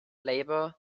laborer